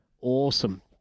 Awesome